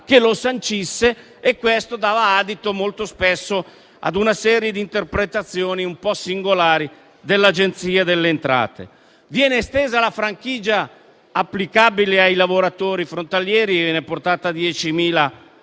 che lo sancisse e questo dava adito molto spesso a una serie di interpretazioni un po' singolari dell'Agenzia delle entrate. Viene estesa la franchigia applicabile ai lavoratori frontalieri, che viene a portata 10.000